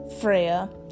Freya